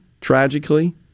tragically